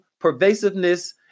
pervasiveness